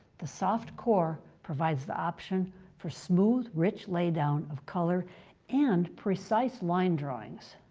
the soft core provides the option for smooth, rich lay down of color and precise line drawings.